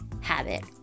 habit